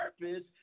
purpose